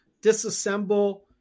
disassemble